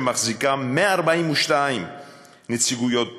שמחזיקה 142 נציגויות בעולם,